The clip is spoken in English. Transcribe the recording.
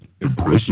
Impressive